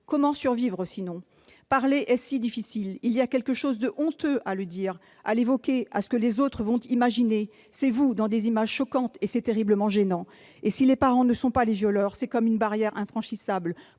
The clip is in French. Comment survivre, sinon ? Parler est si difficile, il y a quelque chose de honteux à le dire, à l'évoquer, à ce que les autres vont imaginer. C'est vous dans des images choquantes et c'est terriblement gênant. Si les parents ne sont pas les violeurs, c'est comme une barrière infranchissable.